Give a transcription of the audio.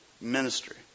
Ministry